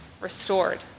restored